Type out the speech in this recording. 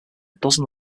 dozen